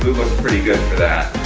looks pretty good for that.